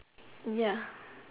ya